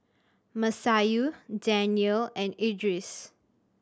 Masayu Daniel and Idris